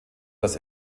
das